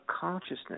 consciousness